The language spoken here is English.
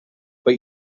but